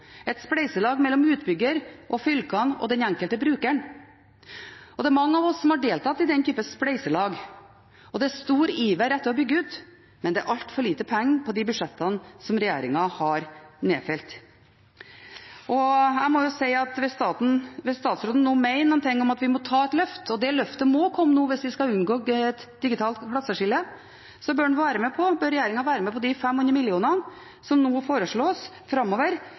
et spleiselag mellom utbygger, fylke og den enkelte bruker. Det er mange av oss som har deltatt i den type spleiselag, og det er stor iver etter å bygge ut, men det er altfor lite penger på budsjettene fra regjeringen. Jeg må si at hvis statsråden mener noe med at vi må ta et løft – og det løftet må komme nå, hvis vi skal unngå et digitalt klasseskille – bør regjeringen være med på de 500 mill. kr som foreslås framover. Men det er jo en statsråd som er mer opptatt av å snakke om fortida enn om framtida, som vi nå